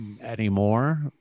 anymore